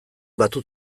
batu